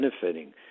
benefiting